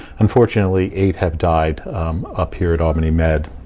unfortunately, eight have died up here at albany med.